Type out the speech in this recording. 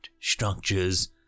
structures